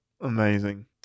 amazing